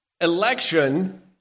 election